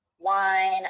wine